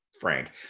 frank